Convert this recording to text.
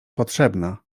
potrzebna